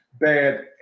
bad